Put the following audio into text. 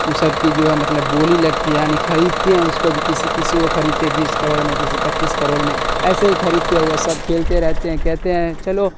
وہ سب کہ جو ہے مطلب بولی لگتی ہے یعنی خریدتے ہیں اس کو بھی کسی کسی کو خریدتے بیس کروڑ میں کسی پچیس کروڑ میں ایسے خریدتے ہیں وہ سب کھیلتے رہتے ہیں کہتے ہیں چلو